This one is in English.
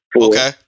Okay